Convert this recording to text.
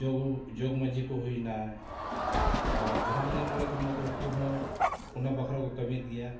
ᱡᱚᱜᱽ ᱡᱚᱜᱽ ᱢᱟᱺᱡᱷᱤ ᱠᱚ ᱦᱩᱭᱱᱟᱭ ᱟᱨ ᱡᱟᱦᱟᱸ ᱛᱤᱱᱟᱹᱜ ᱜᱮ ᱢᱚᱬᱮ ᱠᱚ ᱢᱮᱱᱟᱜ ᱠᱚᱣᱟ ᱩᱱᱠᱩ ᱦᱚᱸ ᱚᱱᱟ ᱵᱟᱠᱷᱨᱟ ᱠᱚ ᱠᱟᱹᱢᱤᱭᱮᱫ ᱜᱮᱭᱟ